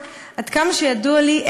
עד כמה שידוע לי,